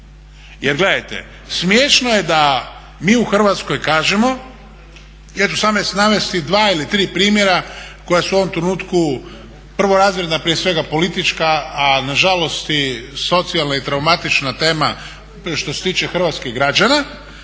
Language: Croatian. Jer gledajte, smiješno je da mi u Hrvatskoj kažemo, ja ću samo navesti dva ili tri primjera koja su u ovom trenutku prvorazredna prije svega politička, a nažalost i socijalna i traumatična tema što se tiče hrvatskih građana.